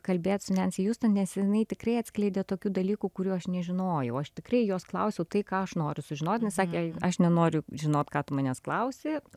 kalbėt su nense hiuston nes jinai tikrai atskleidė tokių dalykų kurių aš nežinojau aš tikrai jos klausiau tai ką aš noriu sužinot jin sakė aš nenoriu žinot ką tu manęs klausi